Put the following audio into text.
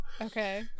okay